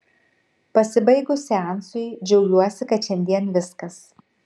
pasibaigus seansui džiaugsiuosi kad šiandien viskas